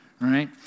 right